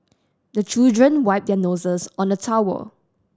the children wipe their noses on the towel